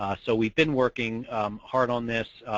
ah so, we've been working hard on this.